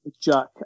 Jack